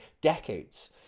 decades